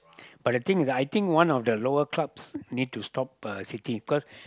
but the thing I think one of the lower clubs need to stop uh City because